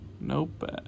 Nope